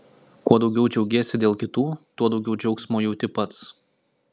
kuo daugiau džiaugiesi dėl kitų tuo daugiau džiaugsmo jauti pats